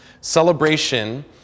Celebration